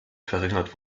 verringert